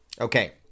Okay